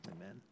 Amen